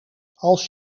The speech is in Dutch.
als